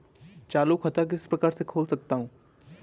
चालू खाता किस प्रकार से खोल सकता हूँ?